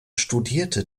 studierte